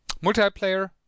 multiplayer